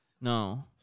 No